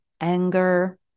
anger